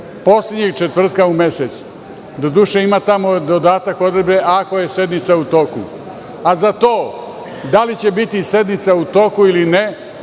Poslednjeg četvrtka u mesecu, doduše ima tamo dodatak odredbe – ako je sednica u toku. Za to da li će biti sednica u toku ili ne,